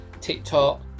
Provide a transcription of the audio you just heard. tiktok